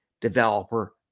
developer